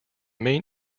main